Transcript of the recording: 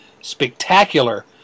spectacular